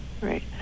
right